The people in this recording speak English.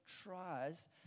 tries